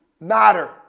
matter